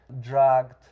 dragged